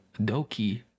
Doki